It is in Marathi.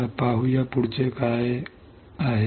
चला बघूया पुढचे काय आहे